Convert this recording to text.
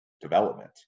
development